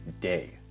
day